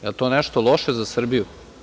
Jel to nešto loše za Srbiju?